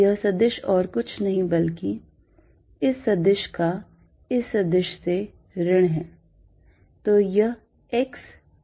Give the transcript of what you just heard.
यह सदिश और कुछ नहीं बल्कि इस सदिश का इस सदिश में से ऋण है